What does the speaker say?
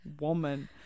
Woman